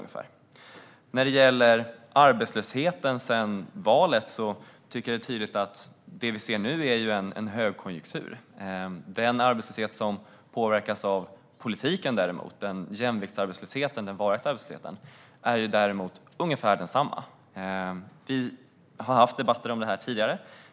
När det gäller arbetslösheten sedan valet tycker jag att det är tydligt att det vi ser nu är en högkonjunktur. Den arbetslöshet som påverkas av politiken däremot, jämviktsarbetslösheten eller den varaktiga arbetslösheten, är ungefär densamma. Vi har haft debatter om det här tidigare.